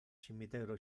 cimitero